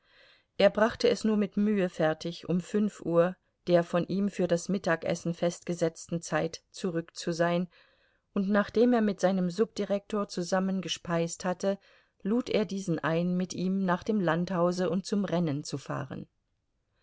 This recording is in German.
er brachte es nur mit mühe fertig um fünf uhr der von ihm für das mittagessen festgesetzten zeit zurück zu sein und nachdem er mit seinem subdirektor zusammen gespeist hatte lud er diesen ein mit ihm nach dem landhause und zum rennen zu fahren